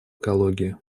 экологии